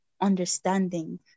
understanding